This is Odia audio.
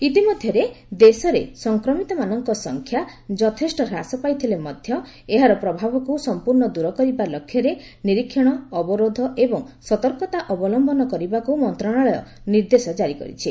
ଇତିମଧ୍ୟରେ ଦେଶରେ ସଂକ୍ରମିତମାନଙ୍କ ସଂଖ୍ୟା ଯଥେଷ୍ଟ ହ୍ରାସ ପାଇଥିଲେ ମଧ୍ୟ ଏହାର ପ୍ରଭାବକୁ ସମ୍ପୂର୍ଣ୍ଣ ଦୂର କରିବା ଲକ୍ଷ୍ୟରେ ନିରୀକ୍ଷଣ ଅବରୋଧ ଏବଂ ସତର୍କତା ଅବଲମ୍ଭନ କରିବାକୁ ମନ୍ତ୍ରଣାଳୟ ନିର୍ଦ୍ଦେଶ ଜାରି କରିଛି